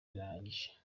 birahagije